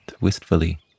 wistfully